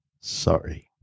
sorry